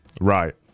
right